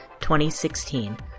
2016